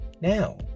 now